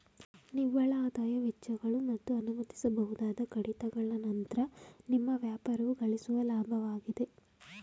ನಿವ್ವಳಆದಾಯ ವೆಚ್ಚಗಳು ಮತ್ತು ಅನುಮತಿಸಬಹುದಾದ ಕಡಿತಗಳ ನಂತ್ರ ನಿಮ್ಮ ವ್ಯಾಪಾರವು ಗಳಿಸುವ ಲಾಭವಾಗಿದೆ